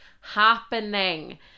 happening